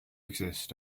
exist